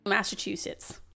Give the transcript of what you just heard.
Massachusetts